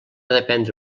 dependre